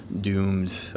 doomed